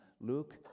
Luke